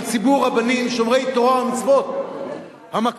ציבור רבנים שומרי תורה ומצוות המקפידים